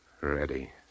Ready